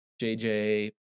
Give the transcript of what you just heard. JJ